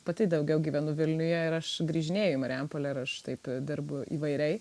pati daugiau gyvenu vilniuje ir aš grįžinėju į mariampolę ir aš taip darbu įvairiai